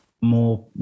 more